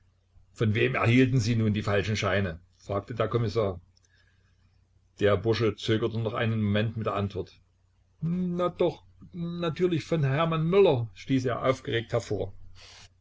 von wem erhielten sie nun die falschen scheine fragte der kommissar der bursche zögerte noch einen moment mit der antwort na doch natürlich von hermann möller stieß er aufgeregt hervor